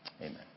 Amen